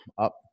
up